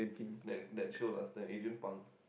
that that show last time Adrian Png